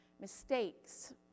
mistakes